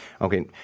Okay